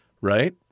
Right